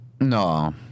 No